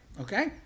Okay